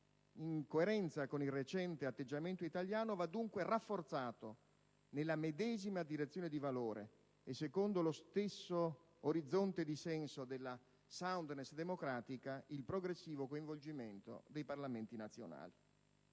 In coerenza con il recente atteggiamento italiano, va dunque rafforzato, nella medesima direzione di valore e secondo lo stesso "orizzonte di senso" della *soundness* democratica, il progressivo coinvolgimento dei Parlamenti nazionali.